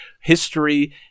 history